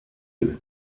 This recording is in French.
eux